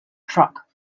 truck